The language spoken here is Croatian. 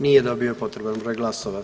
Nije dobio potreban broj glasova.